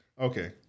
Okay